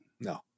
No